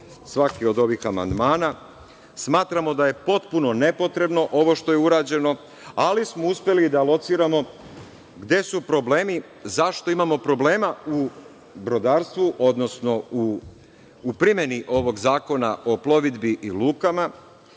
svaki od ovih amandmana. Smatramo da je potpuno nepotrebno ovo što je urađeno, ali smo uspeli da lociramo gde su problemi i zašto imamo problema u brodarstvu, odnosno u primeni ovog Zakona o plovidbi i lukama.